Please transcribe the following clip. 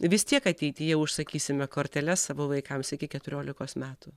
vis tiek ateityje užsakysime korteles savo vaikams iki keturiolikos metų